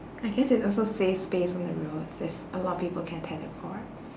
I guess it's also safe space on the roads if a lot of people can teleport